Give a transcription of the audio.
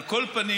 על כל פנים,